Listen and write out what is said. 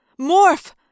Morph